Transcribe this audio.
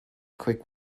quick